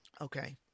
Okay